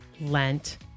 Lent